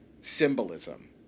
symbolism